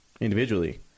individually